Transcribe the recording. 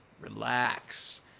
relax